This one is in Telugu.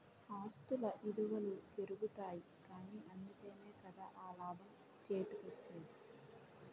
ఆస్తుల ఇలువలు పెరుగుతాయి కానీ అమ్మితేనే కదా ఆ లాభం చేతికోచ్చేది?